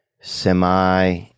Semi